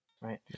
right